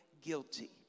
guilty